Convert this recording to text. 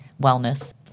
wellness